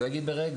לא אגיד שברגע,